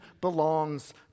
belongs